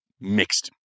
mixed